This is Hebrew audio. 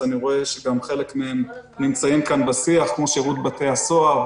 אני רואה שגם חלק מהם נמצאים כאן בשיח כמו שירות בתי הסוהר,